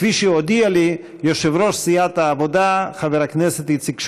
כפי שהודיע לי יושב-ראש סיעת העבודה חבר הכנסת איציק שמולי.